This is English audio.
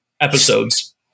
episodes